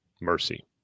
mercy